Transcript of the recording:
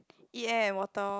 eat air and water loh